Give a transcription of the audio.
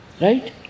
Right